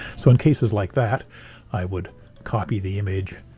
so in cases like that i would copy the image,